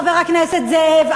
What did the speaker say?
חבר הכנסת זאב,